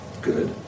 good